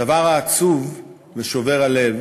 הדבר העצוב ושובר הלב